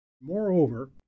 moreover